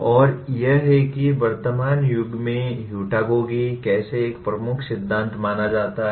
और यह है कि वर्तमान युग में ह्युटागोगी कैसे एक प्रमुख सिद्धांत माना जाता है